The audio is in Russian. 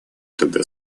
тогда